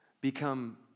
become